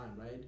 right